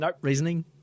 reasoning